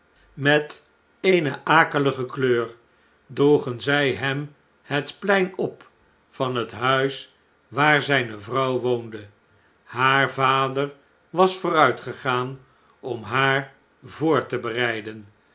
met eene akelige kleur droegen zjj hem het plein op van het huis waar zjjne vrouw woonde haar vader was vooruitgegaan om haar voor te bereiden